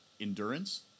endurance